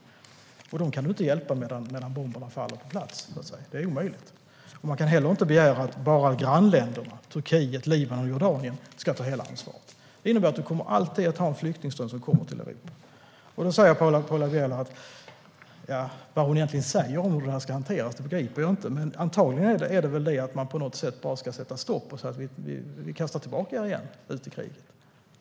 De människorna kan du inte hjälpa på plats medan bomberna faller. Det är omöjligt. Man kan heller inte begära att bara grannländerna, som Turkiet, Libanon och Jordanien, ska ta hela ansvaret. Det innebär att du alltid kommer att ha en flyktingström som kommer till Europa. Vad Paula Bieler egentligen säger om hur detta ska hanteras begriper jag inte, men antagligen är det väl att man på något sätt bara ska sätta stopp och säga: Vi kastar tillbaka er igen, ut i kriget.